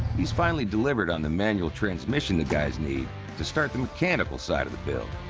he's finally delivered on the manual transmission the guys need to start the mechanical side of the build.